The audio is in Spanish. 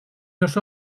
los